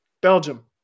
Belgium